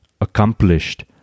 accomplished